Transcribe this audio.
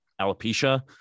alopecia